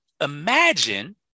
imagine